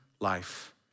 life